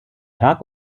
tag